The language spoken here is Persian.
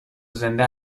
زنده